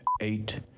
eight